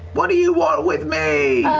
what do you want with me!